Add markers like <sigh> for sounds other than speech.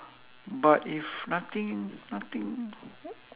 but if nothing nothing <noise>